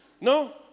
No